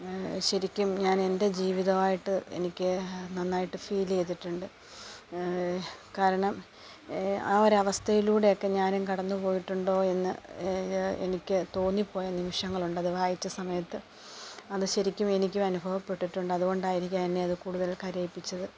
ശരിക്കും ഞാൻ എൻ്റെ ജീവിതമായിട്ട് എനിക്ക് നന്നായിട്ട് ഫീൽ ചെയ്തിട്ടുണ്ട് കാരണം ആ ഒരവസ്ഥയിലൂടെയൊക്കെ ഞാനും കടന്നുപോയിട്ടുണ്ടോ എന്ന് എനിക്ക് തോന്നിപ്പോയ നിമിഷങ്ങളുണ്ട് അതു വായിച്ച സമയത്ത് അത് ശരിക്കും എനിക്കും അനുഭവപ്പെട്ടിട്ടുണ്ട് അതുകൊണ്ടായിരിക്കും എന്നെ അതു കൂടുതൽ കരയിപ്പിച്ചത്